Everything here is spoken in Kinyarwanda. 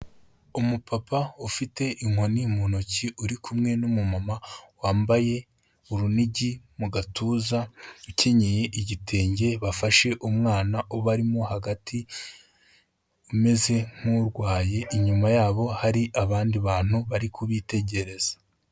Umupapa ufite inkoni mu ntoki, uri kumwe n'umumama wambaye urunigi mu gatuza, ukenyeye igitenge. Bafashe umwana ubarimo hagati, umeze nk'urwaye. Inyuma yabo hari abandi bantu bari kubitegereza.